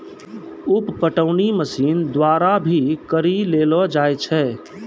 उप पटौनी मशीन द्वारा भी करी लेलो जाय छै